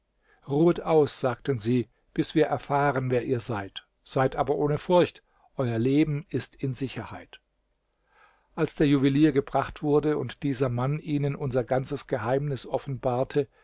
ruhet aus sagten sie bis wir erfahren wer ihr seid seid aber ohne furcht euer leben ist in sicherheit als der juwelier gebracht wurde und dieser mann ihnen unser ganzes geheimnis offenbarte